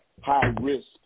high-risk